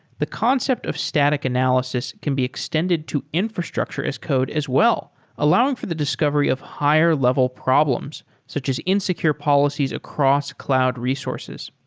the concept of static analysis can be extended to infrastructure as code as well allowing for the discovery of higher level problems such as insecure policies across cloud resources.